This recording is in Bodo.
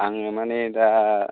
आङो मानि दा